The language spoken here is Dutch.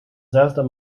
zesde